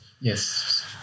Yes